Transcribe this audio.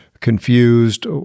confused